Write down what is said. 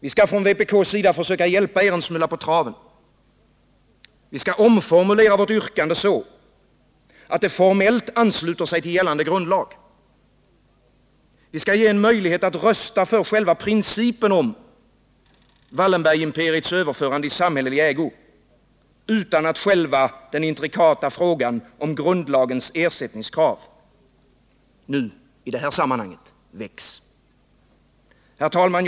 Vi skall från vpk:s sida försöka hjälpa er litet på traven. Vi skall omformulera vårt yrkande så att det formellt ansluter sig till gällande grundlag. Vi skall ge möjlighet att rösta för principen om Wallenbergimperiets överförande i samhällelig ägo utan att själva den intrikata frågan om grundlagens ersättningskrav nu väcks i detta sammanhang. Herr talman!